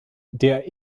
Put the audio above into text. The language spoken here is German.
der